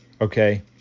Okay